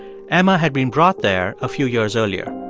emma had been brought there a few years earlier.